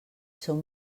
són